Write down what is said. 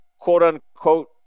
quote-unquote